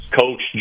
coach